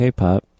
K-pop